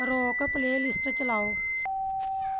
rock playlist ਚਲਾਓ